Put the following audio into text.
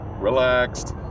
relaxed